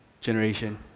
generation